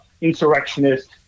insurrectionist